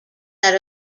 out